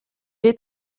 est